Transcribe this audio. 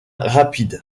rapide